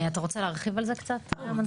אתה רוצה להרחיב על זה קצת, גיא?